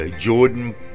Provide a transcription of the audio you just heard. Jordan